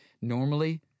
normally